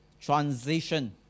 transition